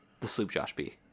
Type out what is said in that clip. TheSloopJoshB